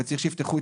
זה קלסר של ה-ADI,